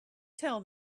tell